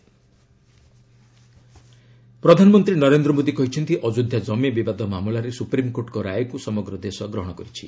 PM address ପ୍ରଧାନମନ୍ତ୍ରୀ ନରେନ୍ଦ୍ର ମୋଦୀ କହିଛନ୍ତି ଅଯୋଧ୍ୟା କମି ବିବାଦ ମାମଲାରେ ସୁପ୍ରିମ୍କୋର୍ଟଙ୍କ ରାୟକୁ ସମଗ୍ର ଦେଶ ଗ୍ରହଣ କରିଛି